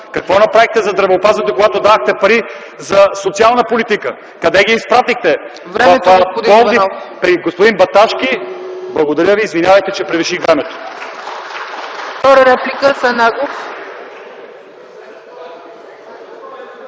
Какво направихте за здравеопазването, когато давахте пари за социална политика? Къде ги изпратихте? В Пловдив – при господин Баташки. Благодаря. Извинявайте, че превиших времето.